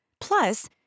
Plus